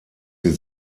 sie